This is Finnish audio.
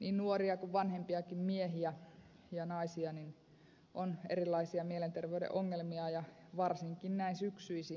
niin nuoria kuin vanhempiakin miehiä ja naisia on erilaisia mielenterveyden ongelmia ja varsinkin näin syksyisin kaamosmasennusta